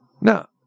Now